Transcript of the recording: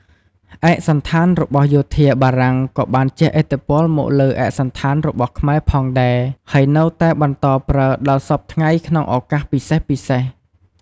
ឯកសណ្ឋានរបស់យោធាបារាំងក៏បានជះឥទ្ធិពលមកលើឯកសណ្ឋានរបស់ខ្មែរផងដែរ ហើយនៅតែបន្តប្រើដល់សព្វថ្ងៃក្នុងឱកាសពិសេសៗ។